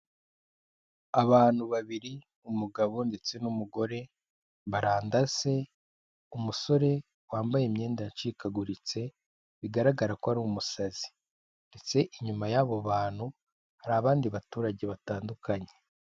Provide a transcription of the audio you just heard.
Abantu babiri umugabo ndetse n'umugore barandase umusore wambaye imyenda yacikaguritse bigaragara ko ari umusazi ndetse inyuma y'abo bantu hari abandi baturage batandukanye.